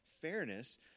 fairness